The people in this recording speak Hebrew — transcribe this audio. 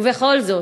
ובכל זאת,